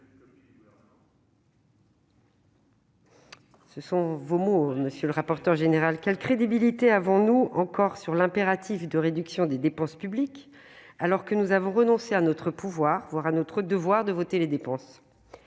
Ce sont vos mots, monsieur le rapporteur général. Quelle crédibilité avons-nous encore sur l'impératif de réduction des dépenses publiques, alors que nous avons renoncé à notre pouvoir, voire à notre devoir, de voter les dépenses ?